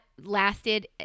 lasted